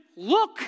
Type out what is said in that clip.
Look